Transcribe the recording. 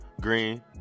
green